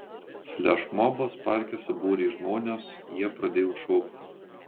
flešmobas parke subūrė žmones jie pradėjo šokti